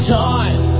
time